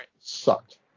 sucked